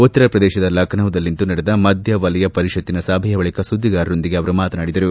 ಉತ್ತರ ಪ್ರದೇಶದ ಲಖನೌದಲ್ಲಿಂದು ನಡೆದ ಮಧ್ಯ ವಲಯ ಪರಿಷತ್ತಿನ ಸಭೆಯ ಬಳಿಕ ಸುದ್ದಿಗಾರರೊಂದಿಗೆ ಅವರು ಮಾತನಾಡಿದರು